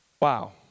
Wow